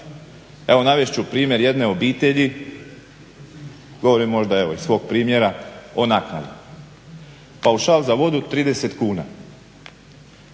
Evo navest ću primjer jedne obitelji, govorim možda iz svog primjera, o naknadi. Paušal za vodu 30 kuna,